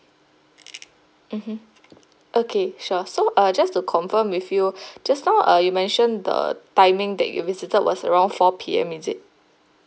mmhmm okay sure so uh just to confirm with you just now uh you mentioned the timing that you visited was around four P_M is it